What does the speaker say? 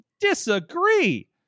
disagree